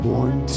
Born